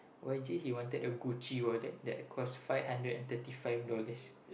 oh actually he wanted a Gucci wallet that cost five hundred and thirty five dollars